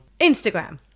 Instagram